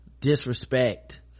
disrespect